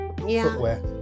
footwear